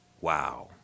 wow